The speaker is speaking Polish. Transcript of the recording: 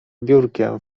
biurkiem